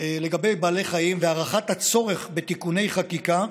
על בעלי חיים והארכת הצורך בתיקוני חקיקה,